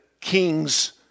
king's